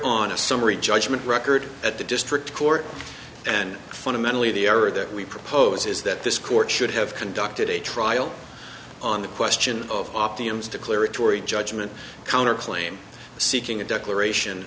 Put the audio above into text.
on a summary judgment record at the district court and fundamentally the error that we propose is that this court should have conducted a trial on the question of off the ems declaratory judgment counterclaim seeking a declaration